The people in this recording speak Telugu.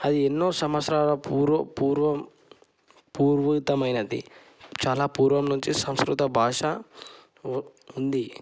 అది ఎన్నో సంవత్సరాల పూర్వ పూర్వం పూర్వమైనది చాలా పూర్వం నుంచి సంస్కృత భాష ఉంది